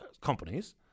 companies